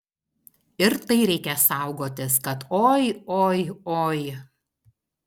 ir tai reikia saugotis kad oi oi oi